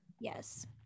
Yes